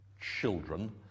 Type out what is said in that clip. children